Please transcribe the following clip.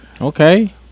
Okay